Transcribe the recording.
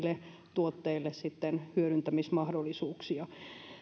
tuotteille ei ole hyödyntämismahdollisuuksia